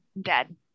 dead